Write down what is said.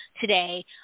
today